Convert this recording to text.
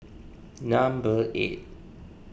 number eight